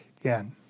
again